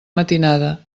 matinada